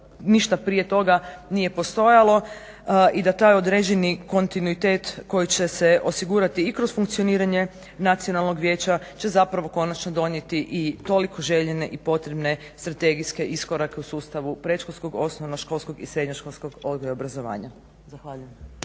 ništa prije toga nije postojalo i da taj određeni kontinuitet koji će se osigurati i kroz funkcioniranje Nacionalnog vijeća će zapravo konačno donijeti i toliko željene i potrebne strategijske iskorake u sustavu predškolskog, osnovnoškolskog i srednjoškolskog odgoja i obrazovanja.